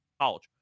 college